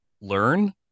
learn